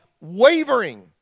wavering